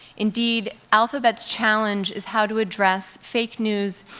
indeed, alphabet's challenge is how to address fake news